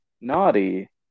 Naughty